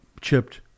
chipped